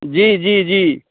जी जी जी